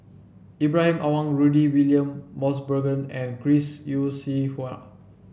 Ibrahim Awang Rudy William Mosbergen and Chris Yeo Siew Hua